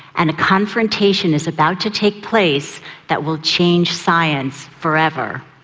and a confrontation is about to take place that will change science forever.